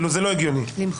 למחוק?